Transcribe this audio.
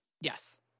Yes